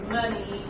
money